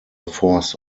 force